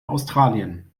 australien